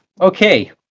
okay